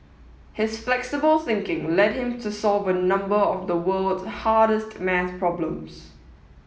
his flexible thinking led him to solve a number of the world's hardest maths problems